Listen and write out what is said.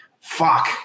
Fuck